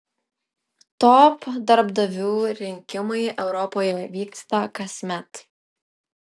top darbdavių rinkimai europoje vyksta kasmet